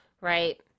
right